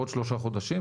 בעוד שלושה חודשים,